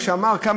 אמר שר החוץ,